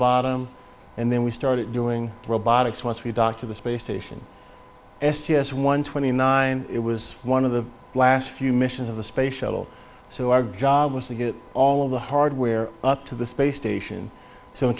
bottom and then we started doing robotics once we docked to the space station s t s one twenty nine it was one of the last few missions of the space shuttle so our job was to get all of the hardware up to the space station so in